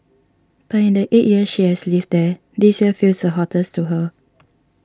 but in the eight years she has lived there this year feels the hottest to her